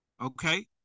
Okay